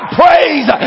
praise